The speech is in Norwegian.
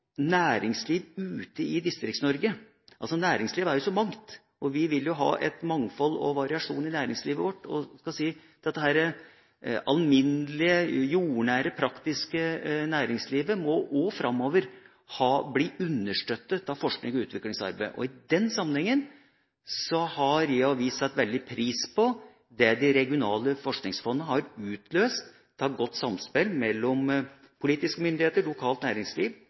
Næringsliv er så mangt, og vi vil jo ha et mangfold og variasjon i næringslivet vårt. Det alminnelige, jordnære, praktiske næringslivet må også framover bli understøttet av forsknings- og utviklingsarbeid. I den sammenhengen har vi satt veldig pris på det de regionale forskningsfondene har utløst av godt samspill mellom politiske myndigheter, lokalt næringsliv